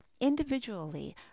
individually